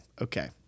okay